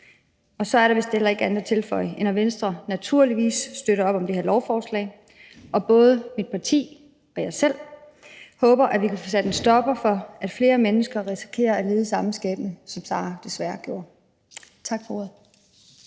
få. Så er der vist ikke andet end at tilføje, at Venstre naturligvis støtter op om det her lovforslag, og at både mit parti og jeg selv håber, at vi kan få sat en stopper for, at flere mennesker risikerer at lide samme skæbne, som Sara desværre gjorde. Tak for ordet.